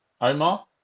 Omar